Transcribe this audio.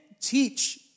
teach